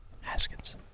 Haskins